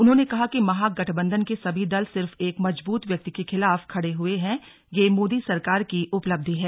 उन्होंने कहा कि महागठबंधन के सभी दल सिर्फ एक मजबूत व्यक्ति के खिलाफ खड़े हुए हैं ये मोदी सरकार की उपलब्धि है